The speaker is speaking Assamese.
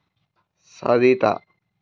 চাৰিটা